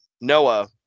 Noah